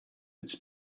its